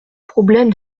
problème